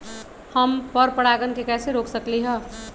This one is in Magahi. हम पर परागण के कैसे रोक सकली ह?